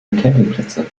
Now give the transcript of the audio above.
campingplätze